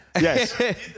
yes